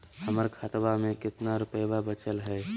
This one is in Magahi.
हमर खतवा मे कितना रूपयवा बचल हई?